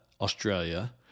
Australia